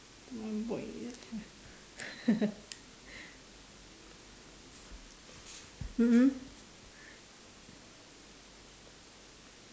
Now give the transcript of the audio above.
one boy ah mm mm